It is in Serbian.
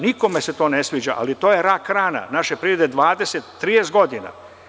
Nikome se to ne sviđa, ali to je rak-rana naše privrede 20, 30 godina.